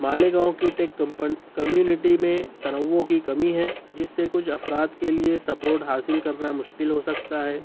ماليگاؤں کى ٹيک کمپن کميونٹى ميں تنوع کی کمی ہے جس سے کچھ افراد کے لیے سپورٹ حاصل کرنا مشکل ہو سکتا ہے